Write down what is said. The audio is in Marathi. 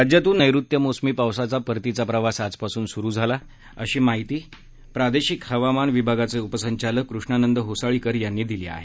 राज्यातून नैऋत्य मोसमी पावसाचा परतीचा प्रवास आजपासून सुरु झाला अशी माहिती प्रादेशिक हवामान विभागाचे उपसंचालक कृष्णानंद होसाळीकर यांनी दिली आहे